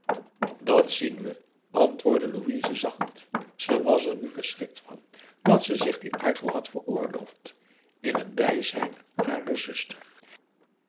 dat zien we antwoordde louise zacht ze was er nu verschrikt van dat ze zich dien uitval had veroorloofd in het bijzijn harer zuster